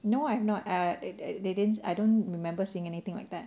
no I'm not uh they didn't I don't remember seeing anything like that